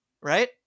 right